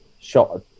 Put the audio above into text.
shot